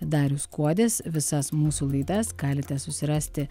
darius kuodis visas mūsų laidas galite susirasti